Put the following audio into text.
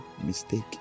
mistake